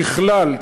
ככלל,